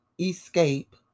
escape